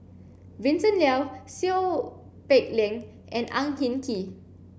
Vincent Leow Seow Peck Leng and Ang Hin Kee